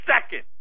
second